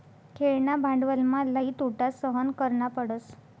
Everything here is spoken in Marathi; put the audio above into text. खेळणा भांडवलमा लई तोटा सहन करना पडस